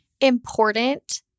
important